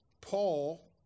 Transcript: Paul